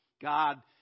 God